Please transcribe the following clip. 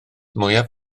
mwyaf